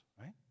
right